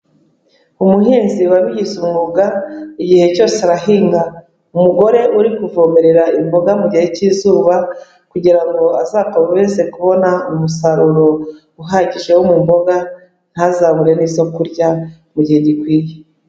Umuhinzi wabigize umwuga igihe cyose arahinga, umugore uri kuvomerera imboga mu gihe cy'izuba kugira ngo azakomeze kubona umusaruro uhagije wo mu mboga, ntazabure n'izo kurya mu gihe gikwiye.